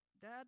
Dad